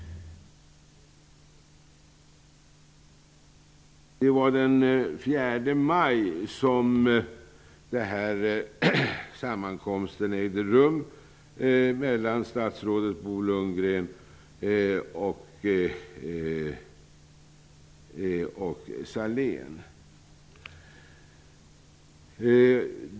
Det var den 4 maj som sammankomsten mellan statsrådet Bo Lundgren och Sahlén ägde rum.